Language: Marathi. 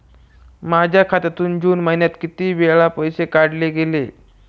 माझ्या खात्यातून जून महिन्यात किती वेळा पैसे काढले गेले?